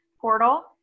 portal